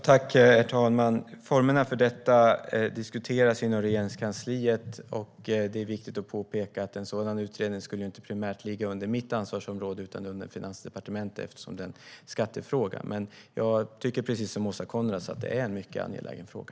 Herr talman! Formerna för detta diskuteras inom Regeringskansliet. Det är viktigt att påpeka att en sådan utredning inte skulle ligga primärt under mitt ansvarsområde utan under Finansdepartementet, eftersom det är en skattefråga. Men jag tycker precis som Åsa Coenraads att det är en mycket angelägen fråga.